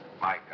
Mike